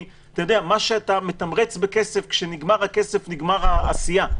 מה שאתה מתמרץ בכסף כשנגמר הכסף נגמרת העשייה.